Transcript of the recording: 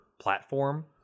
platform